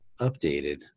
updated